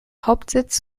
hauptsitz